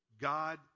God